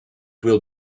will